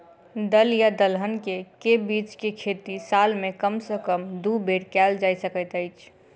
दल या दलहन केँ के बीज केँ खेती साल मे कम सँ कम दु बेर कैल जाय सकैत अछि?